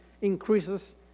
increases